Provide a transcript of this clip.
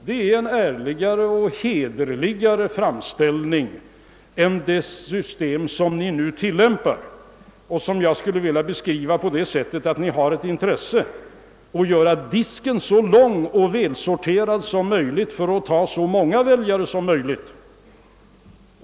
Det är ärligare och hederligare än det system, som ni nu tillämpar och som jag skulle vilja beskriva på det sättet, att ni försöker göra disken så lång och välsorterad som möjligt för att värva så många väljare som möjligt.